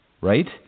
right